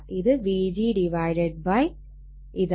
ഇത് Vg ഇതാണ്